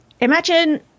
imagine